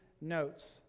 notes